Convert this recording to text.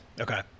Okay